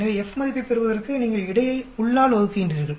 எனவே F மதிப்பைப் பெறுவதற்கு நீங்கள் இடை யை உள்ளால் வகுக்கின்றீர்கள்